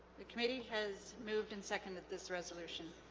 the committee has moved in second at this resolution